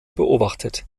beobachtet